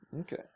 Okay